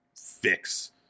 fix